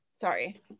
sorry